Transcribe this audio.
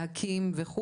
להקים וכו,